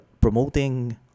promoting